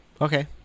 Okay